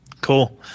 Cool